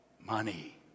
money